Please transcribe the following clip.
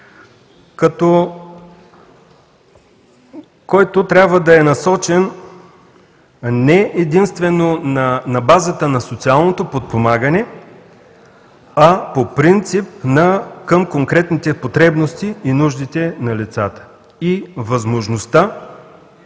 която трябва да е насочена не единствено на базата на социалното подпомагане, а по принцип към конкретните потребности и нуждите на лицата и възможността